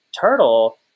turtle